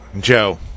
Joe